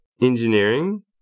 engineering